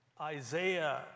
Isaiah